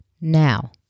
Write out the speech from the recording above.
Now